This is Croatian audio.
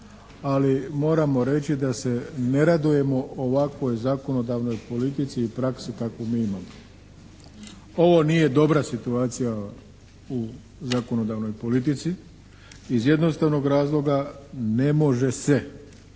ali moramo reći da se ne radujemo ovakvoj zakonodavnoj politici i praksi kakvu mi imamo. Ovo nije dobra situacija u zakonodavnoj politici iz jednostavnog razloga ne može se